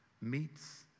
meets